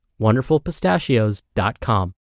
wonderfulpistachios.com